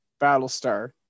Battlestar